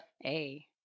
Hey